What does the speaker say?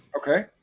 Okay